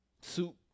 Soup